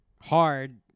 hard